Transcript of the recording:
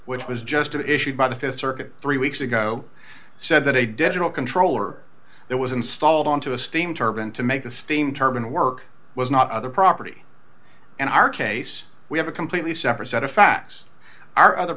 which was just issued by the th circuit three weeks ago said that a digital controller that was installed onto a steam turban to make the steam turbine work was not other property and our case we have a completely separate set of facts are other